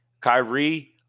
Kyrie